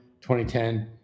2010